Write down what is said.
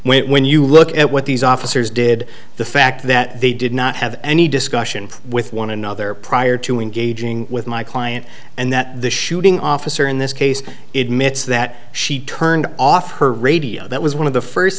but when you look at what these officers did the fact that they did not have any discussion with one another prior to engaging with my client and that the shooting officer in this case it minutes that she turned off her radio that was one of the first